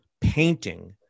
painting